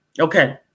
Okay